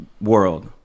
world